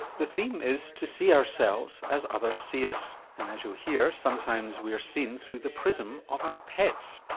the theme is to see ourselves as others see us. and as you'll hear sometimes we are seen through the prism of our pets.